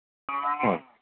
ꯍꯣꯏ